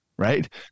Right